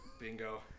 Bingo